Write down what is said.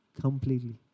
Completely